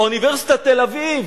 אוניברסיטת תל-אביב,